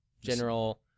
general